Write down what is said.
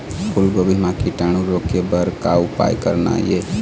फूलगोभी म कीटाणु रोके बर का उपाय करना ये?